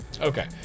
Okay